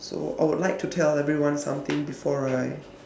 so I would like to tell everyone something before I